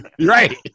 Right